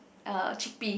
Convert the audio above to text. uh chickpea